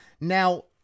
Now